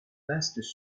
vastes